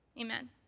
Amen